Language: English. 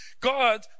God